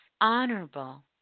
Honorable